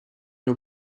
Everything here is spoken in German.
nur